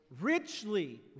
richly